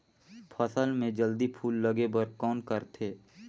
फसल मे जल्दी फूल लगे बर कौन करथे?